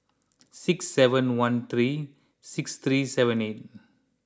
six seven one three six three seven eight